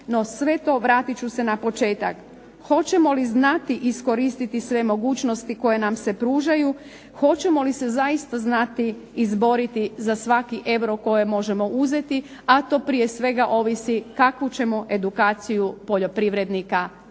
sve to vratit ću se na početak. Hoćemo li znati iskoristiti sve mogućnosti koje nam se pružaju, hoćemo li zaista znati izboriti za svaki euro koji možemo uzeti, a to prije svega ovisi kakvu ćemo edukaciju poljoprivrednika